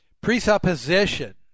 presupposition